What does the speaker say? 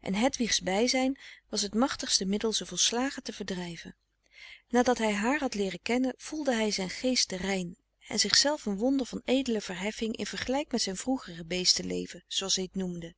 en hedwigs bijzijn was het machtigste middel ze volslagen te verdrijven nadat hij haar had leeren kennen voelde hij zijn geest rein en zichzelf een wonder van edele verheffing in vergelijk met zijn vroeger beesteleven zooals hij t noemde